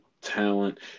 talent